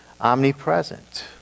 omnipresent